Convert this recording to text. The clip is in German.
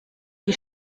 die